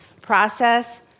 Process